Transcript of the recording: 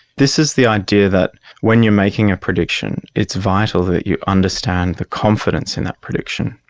this is the idea that when you are making a prediction, it's vital that you understand the confidence in that prediction.